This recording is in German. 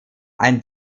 ein